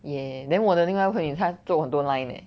!yay! then 我的另外个朋友他做过很多 line eh